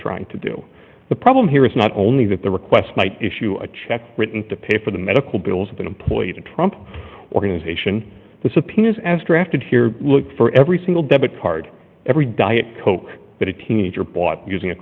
trying to do the problem here is not only that the request might issue a check written to pay for the medical bills of an employee the trump organization the subpoenas as drafted here look for every single debit card every diet coke that a teenager bought using a